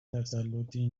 تسلّطی